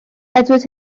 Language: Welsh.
edward